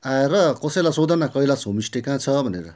आएर कसैलाई सोध न कैलास होम स्टे कहाँ छ भनेर